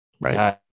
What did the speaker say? Right